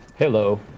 Hello